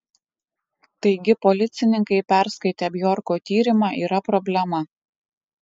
taigi policininkai perskaitę bjorko tyrimą yra problema